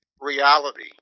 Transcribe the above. reality